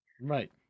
Right